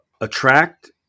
attract